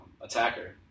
attacker